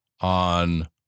on